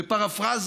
בפרפרזה